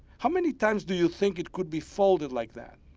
how many times do you think it could be folded like that?